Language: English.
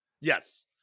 Yes